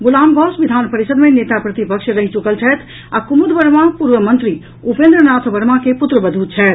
गुलाम गौस विधान परिषद् मे नेता प्रतिपक्ष रहि चुकल छथि आ कुमुद वर्मा पूर्व मंत्री उपेन्द्रनाथ वर्मा के पुत्रवधु छथि